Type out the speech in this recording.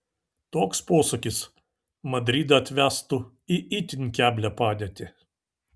toks posūkis madridą atvestų į itin keblią padėtį